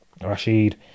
Rashid